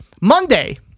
Monday